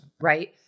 Right